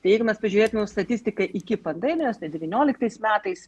tai jeigu mes pažiūrėtumėm statistiką iki pandemijos ten devynioliktais metais